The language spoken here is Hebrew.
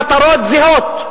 המטרות זהות.